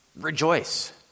rejoice